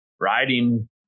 riding